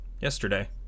yesterday